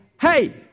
Hey